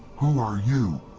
um are you?